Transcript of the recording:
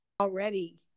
already